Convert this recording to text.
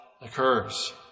occurs